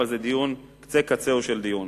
אבל זה קצה קצהו של דיון.